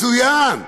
מצוין,